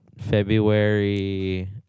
February